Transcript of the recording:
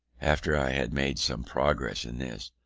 after i had made some progress in this,